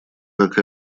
как